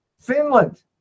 Finland